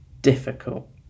difficult